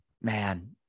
man